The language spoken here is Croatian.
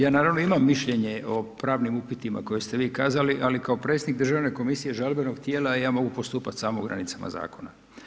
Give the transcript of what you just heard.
Ja naravno imam mišljenje o pravnim upitima koje ste vi kazali, ali kao predsjednik Državne komisije žalbenog tijela, ja mogu postupati samo u granicama zakona.